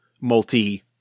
multi